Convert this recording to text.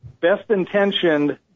best-intentioned